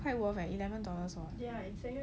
quite worth eh eleven dollars lor